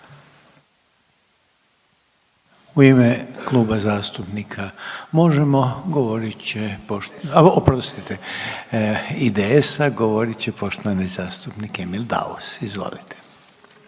U ime Kluba zastupnika Možemo! govorit će, oprostite IDS-a govorit će poštovani zastupnik Emil Daus. Izvolite.